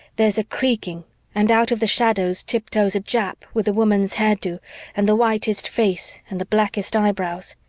there's a creaking and out of the shadows tiptoes a jap with a woman's hairdo and the whitest face and the blackest eyebrows.